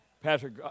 pastor